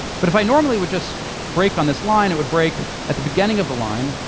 but if i normally would just break on this line, it would break at the beginning of the line,